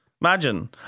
Imagine